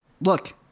Look